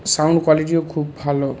sound কোয়ালিটিও খুব ভালো